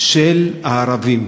של הערבים,